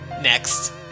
Next